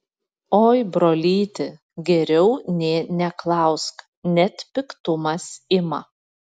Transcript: oi brolyti geriau nė neklausk net piktumas ima